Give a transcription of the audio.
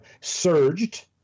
surged